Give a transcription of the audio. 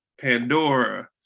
Pandora